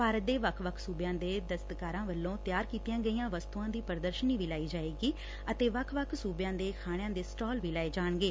ਭਾਰਤ ਦੇ ਵੱਖ ਸੁਬਿਆਂ ਦੇ ਦਸਤਕਾਰਾਂ ਵੱਲੋਂ ਤਿਆਰ ਕੀਤੀਆਂ ਗਈਆਂ ਵਸਤੁਆਂ ਦੀ ਪ੍ਦਰਸ਼ਨੀ ਵੀ ਲਾਈ ਜਾਏਗੀ ਅਤੇ ਵੱਖ ਸੂਬਿਆਂ ਦੇ ਖਾਣਿਆਂ ਦੇ ਸਟਾਲ ਵੀ ਲਾਏ ਜਾਣਗੇ